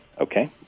Okay